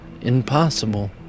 impossible